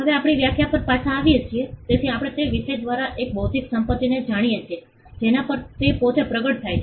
હવે આપણી વ્યાખ્યા પર પાછા આવીએ છીએ તેથી આપણે તે વિષય દ્વારા એક બૌદ્ધિક સંપત્તિને જાણીએ છીએ જેના પર તે પોતે પ્રગટ થાય છે